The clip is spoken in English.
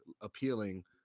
appealing